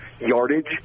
yardage